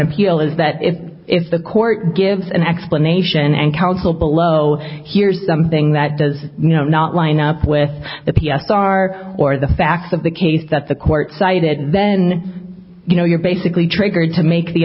appeal is that if it's the court gives an explanation and counsel below here's something that does not line up with the p s r or the facts of the case that the court cited then you know you're basically triggered to make the